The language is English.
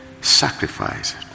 sacrifice